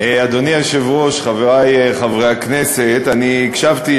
חבר הכנסת עיסאווי